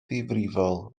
ddifrifol